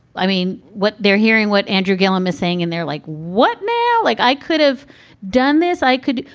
i mean, what they're hearing, what andrew gillum is saying, and they're like, what mail? like, i could have done this. i could.